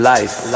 Life